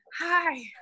Hi